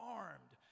armed